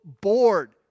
bored